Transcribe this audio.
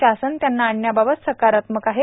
शासन त्यांना आणण्याबाबत सकारात्मक आहे